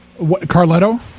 Carletto